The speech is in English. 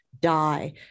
die